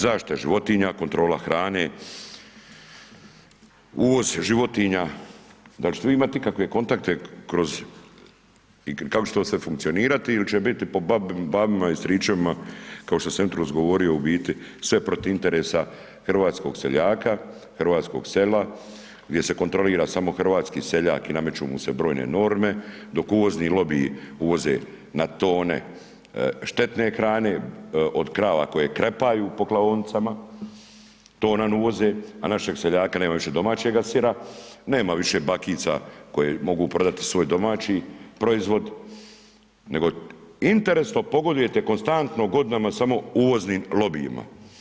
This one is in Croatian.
Zaštita životinja, kontrola hrane, uvoz životinja, dal' će te vi imat' ikakve kontakte kroz i kako će to sve funkcionirati, ili će biti po babi, babima i stričevima kao što sam jutros govorio, u biti, sve protiv interesa hrvatskog seljaka, hrvatskog sela, gdje se kontrolira samo hrvatski seljak i nameću mu se brojne norme, dok uvozni lobiji uvoze na tone štetne hrane, od krava koje krepaju po klaonicama, to nam uvoze, a našeg seljaka nema više domaćega sira, nema više bakica koje mogu prodati svoj domaći proizvod, nego interesno pogodujete konstantno godinama samo uvoznim lobijima.